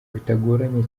bitagoranye